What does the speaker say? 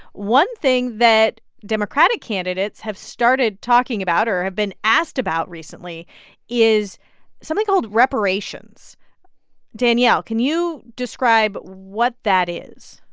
one thing that democratic candidates have started talking about or have been asked about recently is something called reparations danielle, can you describe what that is?